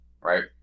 right